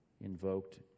invoked